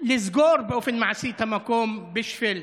לסגור באופן מעשי את המקום בשביל